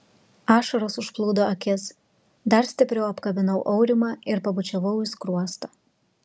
ašaros užplūdo akis dar stipriau apkabinau aurimą ir pabučiavau į skruostą